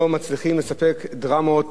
שלא מצליחים לספק דרמות